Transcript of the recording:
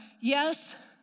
yes